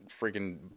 freaking